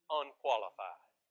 unqualified